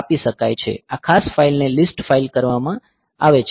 આ ખાસ ફાઇલને લિસ્ટ ફાઇલ કહેવામાં આવે છે